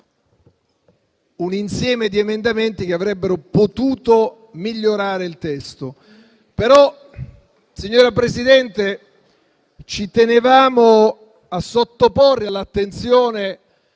un insieme di emendamenti che avrebbero potuto migliorare il testo. Però, signora Presidente, ci tenevamo a sottoporre all'attenzione